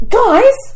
guys